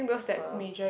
so